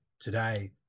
today